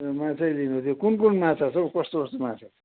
त्यो माछै लिनुथियो कुन कुन माछा छ हो कस्तो कस्तो माछा